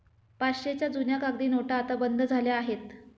पाचशेच्या जुन्या कागदी नोटा आता बंद झाल्या आहेत